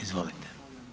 Izvolite.